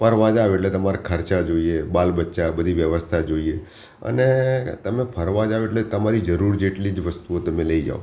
ફરવા જાવ એટલે તમારે ખર્ચા જોઈએ બાલ બચ્ચા બધી વ્યવસ્થા જોઈએ અને તમે ફરવા જાવ એટલે તમારી જરૂર જેટલી જ વસ્તુઓ તમે લઈ જાવ